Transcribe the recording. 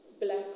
black